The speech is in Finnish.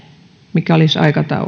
mikä